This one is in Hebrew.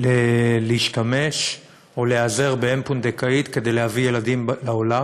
להשתמש או להיעזר באם פונדקאית כדי להביא ילדים לעולם.